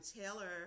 Taylor